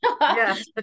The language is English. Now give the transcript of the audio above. Yes